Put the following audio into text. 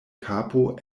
kapo